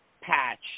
Patch